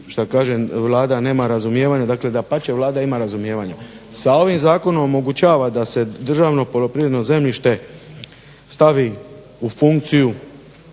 šta kažem Vlada nema razumijevanja, dakle dapače Vlada ima razumijevanja. Sa ovim zakonom omogućava da se državno poljoprivredno zemljište stavi u funkciju